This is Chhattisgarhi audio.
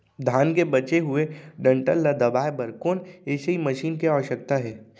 धान के बचे हुए डंठल ल दबाये बर कोन एसई मशीन के आवश्यकता हे?